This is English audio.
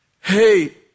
Hey